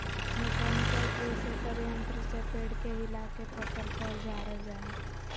mechanical tree shaker यंत्र से पेड़ के हिलाके पकल फल झारल जा हय